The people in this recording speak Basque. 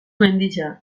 mendia